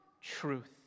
truth